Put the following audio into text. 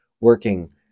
working